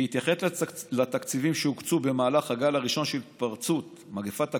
בהתייחס לתקציבים שהוקצו במהלך הגל הראשון של התפרצות מגפת הקורונה,